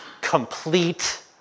complete